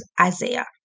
Isaiah